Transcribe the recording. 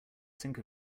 sink